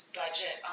budget